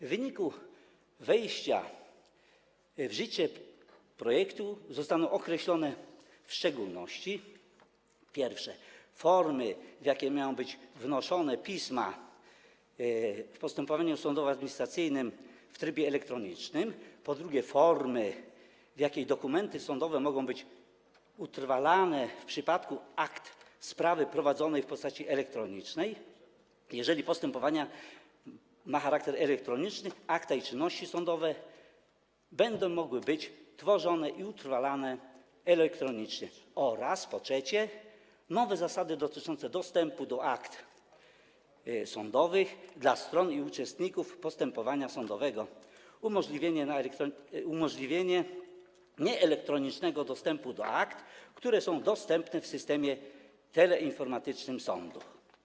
W wyniku wejścia w życie projektu zostaną określone w szczególności, po pierwsze, formy w jakiej mają być wnoszone pisma w postępowaniu sądowo-administracyjnym w trybie elektronicznym, po drugie, formy, w jakiej dokumenty sądowe mogą być utrwalane w przypadku akt sprawy prowadzonej w postaci elektronicznej, bo jeżeli postępowanie ma charakter elektroniczny, to akta i czynności sądowe będą mogły być tworzone i utrwalane elektronicznie, oraz, po trzecie, nowe zasady dotyczące dostępu do akt sądowych dla stron i uczestników postępowania sądowego - tu chodzi o umożliwienie nieelektronicznego dostępu do akt, które są dostępne w systemie teleinformatycznym sądu.